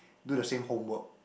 do the same homework